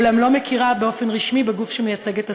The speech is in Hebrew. אולם היא לא מכירה באופן רשמי בגוף שמייצג את הסטודנטים.